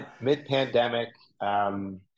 mid-pandemic